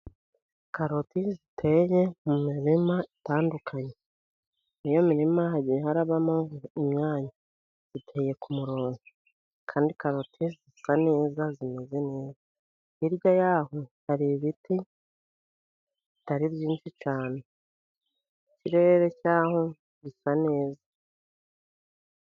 Karoti ziteye mu mirima itandukanye. Muri iyo mirima hagiye harabamo imyanya. Ziteye ku mirongo. Kandi karote zisa neza, zimeze neza. Hirya ya ho hari ibiti bitari byinshi cyane. Ikirere cya ho gisa neza.